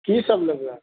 की सभ लेबै